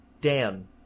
Dan